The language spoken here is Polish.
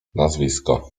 nazwisko